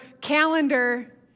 calendar